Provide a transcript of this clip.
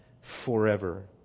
forever